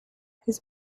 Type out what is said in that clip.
his